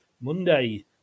Monday